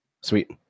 Sweet